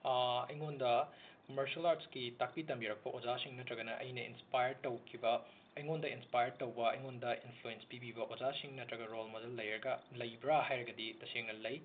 ꯑꯩꯉꯣꯟꯗ ꯃꯔꯁꯦꯜ ꯑꯥꯔꯠꯁꯀꯤ ꯇꯥꯛꯄꯤ ꯇꯝꯕꯤꯔꯛꯄ ꯑꯣꯖꯥꯁꯤꯡ ꯅꯠꯇ꯭ꯔꯒꯅ ꯑꯩꯅ ꯏꯟꯁꯄꯥꯌꯔ ꯇꯧꯈꯤꯕ ꯑꯩꯉꯣꯟꯗ ꯏꯟꯁꯄꯥꯌꯔ ꯇꯧꯕ ꯑꯩꯉꯣꯟꯗ ꯏꯟꯐ꯭ꯂꯨꯋꯦꯟꯁ ꯄꯤꯕꯤꯕ ꯑꯣꯖꯥꯁꯤꯡ ꯅꯠꯇ꯭ꯔꯒ ꯔꯣꯜ ꯃꯣꯗꯦꯜ ꯂꯩꯔꯒ ꯂꯩꯕ꯭ꯔꯥ ꯍꯥꯏꯔꯒꯗꯤ ꯇꯁꯦꯡꯅ ꯂꯩ